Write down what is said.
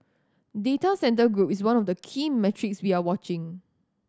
data centre group is one of the key metrics we are watching